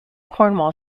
cornwall